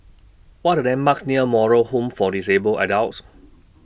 What Are The landmarks near Moral Home For Disabled Adults